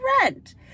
rent